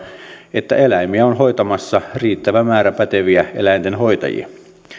että eläimiä on hoitamassa riittävä määrä päteviä eläintenhoitajia